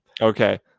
Okay